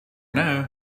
now